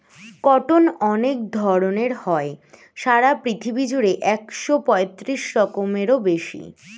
cotton অনেক ধরণ হয়, সারা পৃথিবী জুড়ে একশো পঁয়ত্রিশ রকমেরও বেশি